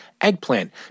eggplant